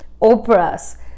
Oprah's